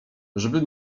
żeby